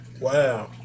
Wow